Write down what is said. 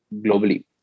globally